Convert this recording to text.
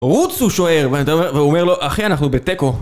רוץ הוא שוער ואנ... והוא אומר לו אחי אנחנו בתיקו